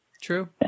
true